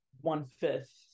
one-fifth